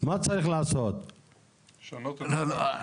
מה את יכולה לעשות כדי לא לאפשר לדבר הזה להתרחש?